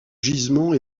gisement